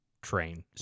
train